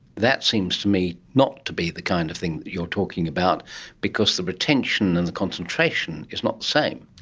that seems to me not to be the kind of thing that you're talking about because the retention and the concentration is not the same.